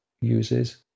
uses